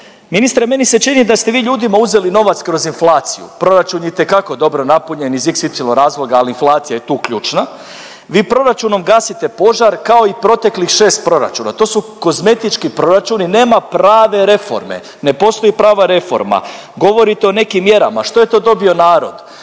Ministre, meni se čini da ste vi ljudima uzeli novac kroz inflaciju. Proračun je itekako dobro napunjen iz x, y razloga ali inflacija je tu ključna. Vi proračunom gasite požar kao i proteklih 6 proračuna. To su kozmetički proračuni. Nema prave reforme. Ne postoji prava reforma. Govorite o nekim mjerama. Što je to dobio narod.